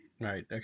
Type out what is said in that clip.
Right